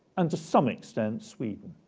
and to some extent, sweden.